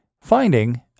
Finding